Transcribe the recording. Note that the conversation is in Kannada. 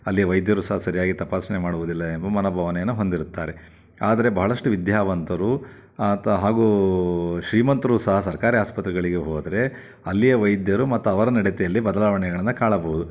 ಅಲ್ಲಿಯ ವೈದ್ಯರು ಸಹ ಸರಿಯಾಗಿ ತಪಾಸಣೆ ಮಾಡುವುದಿಲ್ಲ ಎಂಬ ಮನೋಭಾವನೆಯನ್ನು ಹೊಂದಿರುತ್ತಾರೆ ಆದರೆ ಭಾಳಷ್ಟು ವಿದ್ಯಾವಂತರು ಆತ ಹಾಗೂ ಶ್ರೀಮಂತರು ಸಹ ಸರ್ಕಾರಿ ಆಸ್ಪತ್ರೆಗಳಿಗೆ ಹೋದರೆ ಅಲ್ಲಿಯ ವೈದ್ಯರು ಮತ್ತು ಅವರ ನಡತೆಯಲ್ಲಿ ಬದಲಾವಣೆಗಳನ್ನು ಕಾಣಬೌದು